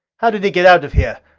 how did he get out of here?